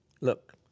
Look